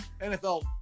NFL